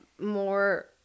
more